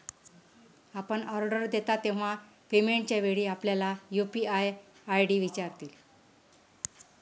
आपण ऑर्डर देता तेव्हा पेमेंटच्या वेळी आपल्याला यू.पी.आय आय.डी विचारतील